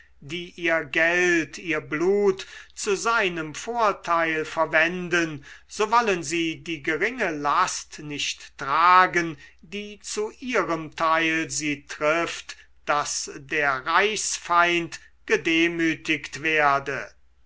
die ihr geld ihr blut zu seinem vorteil verwenden so wollen sie die geringe last nicht tragen die zu ihrem teil sie trifft daß der reichsfeind gedemütigt werde